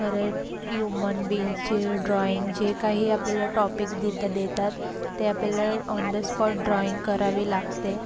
परत युमन बीइंग्सचे ड्राइंग जे काही आपल्याला टॉपिक तिथं देतात ते आपल्याला ऑन द स्पॉट ड्राइंग करावे लागते